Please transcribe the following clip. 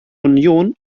union